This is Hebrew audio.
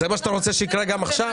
זה מה שאתה רוצה שיקרה גם עכשיו?